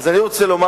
אז אני רוצה לומר,